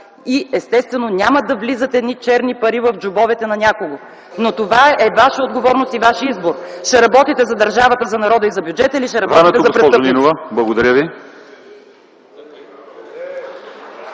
и, естествено, няма да влизат едни черни пари в джобовете на някого. Но това е Ваша отговорност и Ваш избор – ще работите за държавата, за народа и за бюджета или ще работите за престъпниците.